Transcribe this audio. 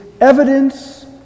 evidence